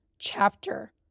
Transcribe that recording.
chapter